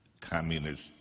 communist